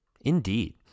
Indeed